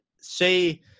say